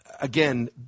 Again